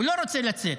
הוא לא רוצה לצאת,